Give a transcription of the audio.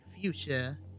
future